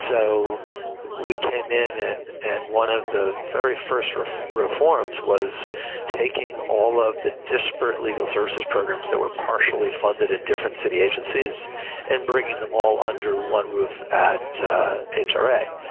so we came in and and one of the very first reforms was taking all of the disparate legal services programs that were partially funded in different city agencies and bringing them all under one roof at a tray.